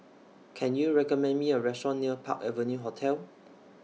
Can YOU recommend Me A Restaurant near Park Avenue Hotel